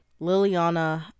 Liliana